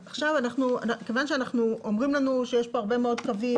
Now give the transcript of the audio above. אומרים לנו שיש מאות קווים.